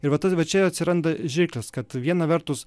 ir va tada čia atsiranda žirklės kad viena vertus